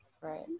right